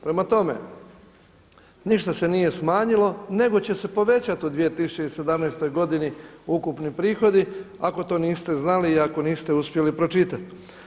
Prema tome, ništa se nije smanjilo, nego će se povećati u 2017. godini ukupni prihodi ako to niste znali i ako niste uspjeli pročitati.